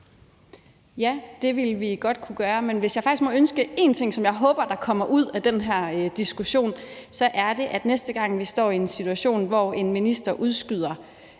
Ja, det ville vi godt kunne. Men hvis jeg faktisk må ønske en ting, som jeg håber der kommer ud af den her diskussion, så er det, at næste gang vi står i en situation, hvor en minister udskyder